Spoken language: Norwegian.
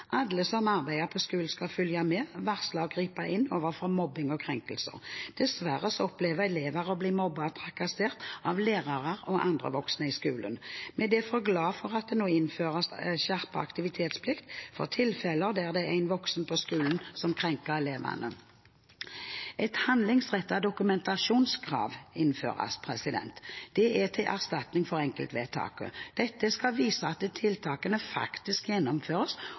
Alle som arbeider på skolen, skal følge med, varsle og gripe inn overfor mobbing og krenkelser. Dessverre opplever elever å bli mobbet og trakassert av lærere og andre voksne i skolen. Vi er derfor glad for at det nå innføres en skjerpet aktivitetsplikt for tilfeller der det er en voksen på skolen som krenker elever. Et handlingsrettet dokumentasjonskrav innføres – til erstatning for enkeltvedtaket. Dette skal vise at tiltakene faktisk gjennomføres,